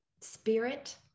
spirit